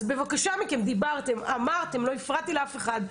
אז, בבקשה מכם, דיברתם, אמרתם, לא הפרעתי לאף אחד.